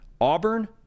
Auburn